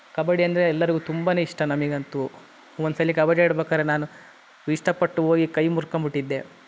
ಕಬಡ್ಡಿ ಅಂದರೆ ಎಲ್ಲರಿಗೂ ತುಂಬ ಇಷ್ಟ ನಮಗಂತೂ ಒಂದು ಸಲ ಕಬಡ್ಡಿ ಆಡ್ಬೇಕಾದ್ರೆ ನಾನು ಇಷ್ಟಪಟ್ಟು ಹೋಗಿ ಕೈ ಮುರ್ಕೊಂಬಿಟ್ಟಿದ್ದೆ